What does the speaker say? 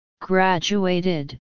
Graduated